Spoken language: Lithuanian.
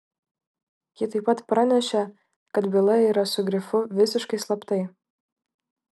ji taip pat pranešė kad byla yra su grifu visiškai slaptai